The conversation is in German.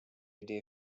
idee